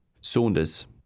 Saunders